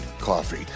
coffee